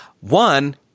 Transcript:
one